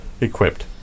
equipped